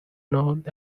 north